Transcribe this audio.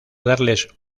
darles